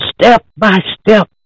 step-by-step